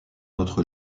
autre